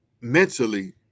mentally